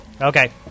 Okay